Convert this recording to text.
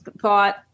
thought